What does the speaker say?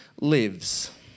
lives